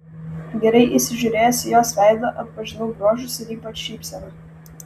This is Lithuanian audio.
gerai įsižiūrėjęs į jos veidą atpažinau bruožus ir ypač šypseną